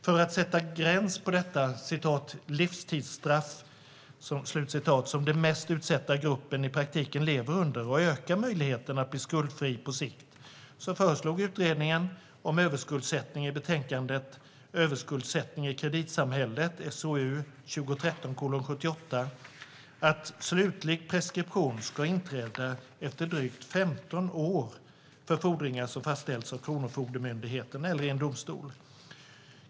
För att sätta en gräns på detta "livstidsstraff" som den mest utsatta gruppen i praktiken lever under och öka möjligheten att bli skuldfri på sikt föreslog Utredningen om överskuldsättning i betänkandet Överskuldsättning i kreditsamhället? , SOU 2013:78, att slutlig preskription ska inträda efter drygt 15 år för fordringar som fastställts av Kronofogdemyndigheten eller i domstol.